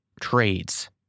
trades